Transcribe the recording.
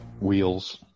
Wheels